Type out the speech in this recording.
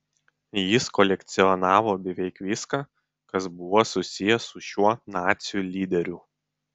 jis kolekcionavo beveik viską kas buvo susiję su šiuo nacių lyderiu